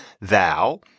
thou